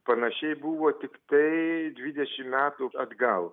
panašiai buvo tiktai dvidešim metų atgal